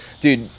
dude